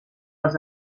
els